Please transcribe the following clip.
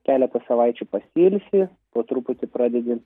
keletą savaičių pasiilsi po truputį pradedi